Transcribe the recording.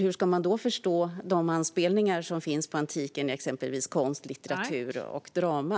Hur ska man då förstå de anspelningar på antiken som finns i exempelvis konst, litteratur och drama?